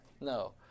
no